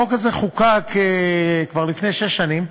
החוק הזה חוקק כבר לפני שש שנים,